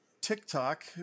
TikTok